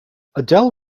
adele